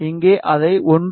எனவே இங்கே அதை 1